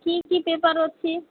କି କି ପେପର ଅଛି